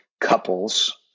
couples